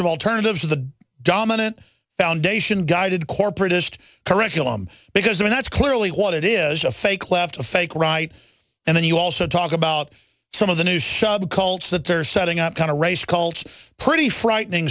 of alternatives to the dominant foundation guided corporatist curriculum because i mean that's clearly what it is a fake left a fake right and then you also talk about some of the news showed the culture that they're setting up kind of race culture pretty frightening